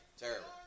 Terrible